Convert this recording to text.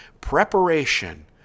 preparation